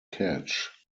catch